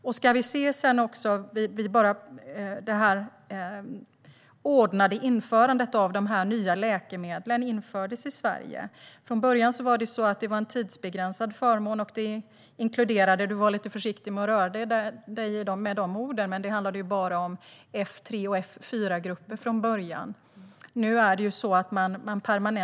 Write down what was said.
När det gäller det ordnade införandet av de här nya läkemedlen var det från början en tidsbegränsad förmån. Du var lite försiktig med att använda dig av de orden, Jenny Petersson, men från början inkluderades bara F3 och F4-grupper.